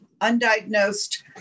undiagnosed